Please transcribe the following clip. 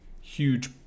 huge